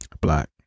black